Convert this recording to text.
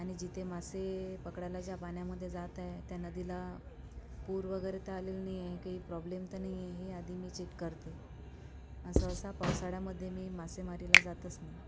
आणि जिथे मासे पकडायला ज्या पाण्यामध्ये जात आहे त्या नदीला पूर वगैरे तर आलेला नाही आहे काही प्रॉब्लेम तर नाही आहे हे आधी मी चेक करते सहसा पावसाळ्यामध्ये मी मासेमारीला जातच नाही